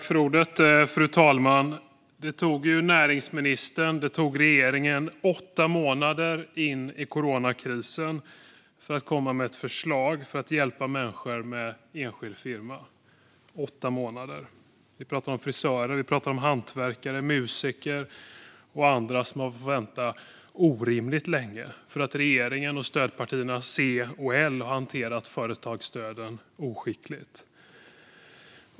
Fru talman! Det tog näringsministern och regeringen åtta månader in i coronakrisen att komma med ett förslag för att hjälpa människor med enskild firma. Åtta månader. Vi pratar om frisörer, hantverkare, musiker och andra som har fått vänta orimligt länge för att regeringen och stödpartierna C och L har hanterat företagsstöden oskickligt.